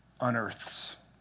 unearths